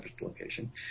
location